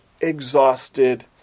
exhausted